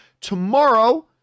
tomorrow